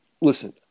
listen